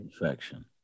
infection